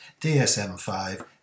DSM-5